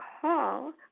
call